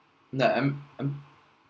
the m~ m~